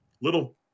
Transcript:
little